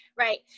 Right